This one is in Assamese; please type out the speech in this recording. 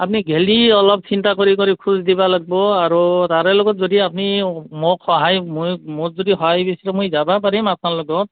আপুনি গ'লেও অলপ চিন্তা কৰি কৰি খোজ দিব লাগিব আৰু তাৰে লগত যদি আপুনি মোক সহায় মোৰ মোৰ যদি সহায় বিচাৰে মই যাব পাৰিম আপোনাৰ লগত